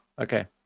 Okay